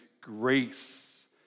grace